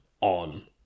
on